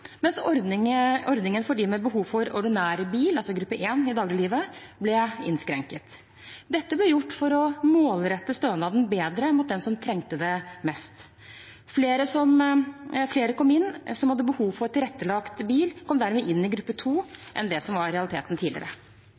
ordningen for dem med behov for ordinær bil i dagliglivet, gruppe 1, ble innskrenket. Dette ble gjort for å målrette stønaden bedre mot dem som trengte det mest. Flere enn tidligere av dem som hadde behov for tilrettelagt bil, kom dermed inn i gruppe 2. Formålet med stønad etter folketrygdloven kapittel 10 er å kompensere for ekstrautgifter som